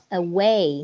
away